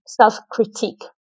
self-critique